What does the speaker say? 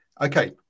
okay